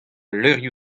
levrioù